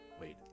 Wait